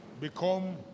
become